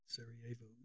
Sarajevo